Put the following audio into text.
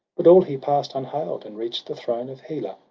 but all he pass'd unhail'd, and reach'd the throne of hela,